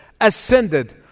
ascended